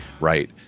right